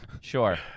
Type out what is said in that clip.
sure